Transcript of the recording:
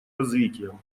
развитием